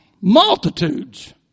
Multitudes